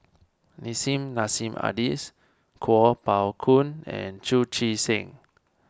Nissim Nassim Adis Kuo Pao Kun and Chu Chee Seng